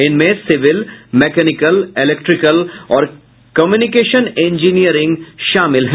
इनमें civil mechanical electrical और communication engineering शामिल है